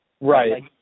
Right